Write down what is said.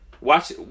watch